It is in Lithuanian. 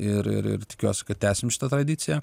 ir ir ir tikiuosi kad tęsim šitą tradiciją